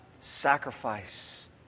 sacrifice